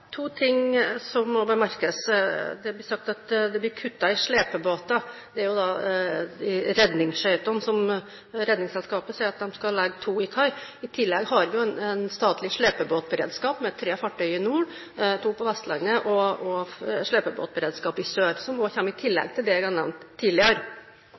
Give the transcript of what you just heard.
to ting som må bemerkes. Det ble sagt at det ble kuttet i slepebåter. Det er jo Redningsselskapet som sier at de skal legge to til kai. Vi har jo en statlig slepebåtberedskap med tre fartøyer i nord, to på Vestlandet og slepebåtberedskap i sør, som kommer i tillegg til det jeg har nevnt tidligere.